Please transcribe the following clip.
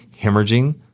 hemorrhaging